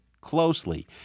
Closely